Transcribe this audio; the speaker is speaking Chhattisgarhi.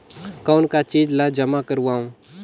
कौन का चीज ला जमा करवाओ?